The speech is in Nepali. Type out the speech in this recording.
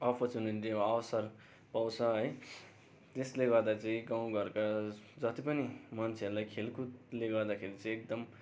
अप्परच्युनिटी अवसर पाउँछ है त्यसले गर्दा चाहिँ गाउँघरका जति पनि मान्छेहरूलाई खेलकुदले गर्दाखेरि चाहिँ एकदम